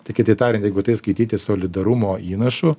tai kitai tariant jeigu tai skaityti solidarumo įnašu